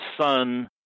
son